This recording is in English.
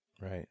Right